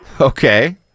Okay